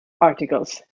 articles